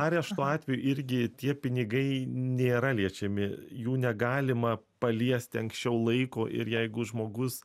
arešto atveju irgi tie pinigai nėra liečiami jų negalima paliesti anksčiau laiko ir jeigu žmogus